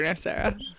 sarah